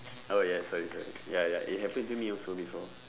oh yes sorry sorry ya ya it happened to me also before